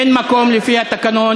אדוני היושב-ראש,